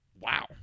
Wow